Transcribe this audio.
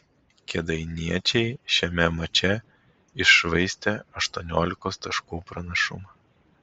kėdainiečiai šiame mače iššvaistė aštuoniolikos taškų pranašumą